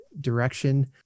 direction